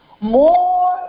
More